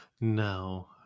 No